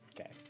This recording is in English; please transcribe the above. Okay